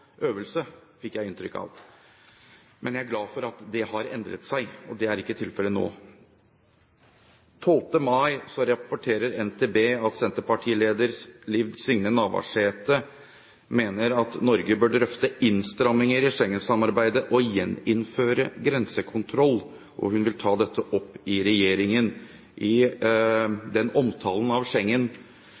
fikk jeg inntrykk av. Men jeg er glad for at det har endret seg, at det er ikke tilfellet nå. Den 12. mai rapporterer NTB at senterpartileder Liv Signe Navarsete mener at Norge bør drøfte innstramminger i Schengen-samarbeidet og gjeninnføre grensekontroll, og at hun vil ta dette opp i regjeringen. I omtalen av